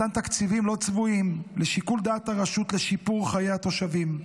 מתן תקציבים לא צבועים לשיקול דעת הרשות לשיפור חיי התושבים,